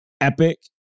epic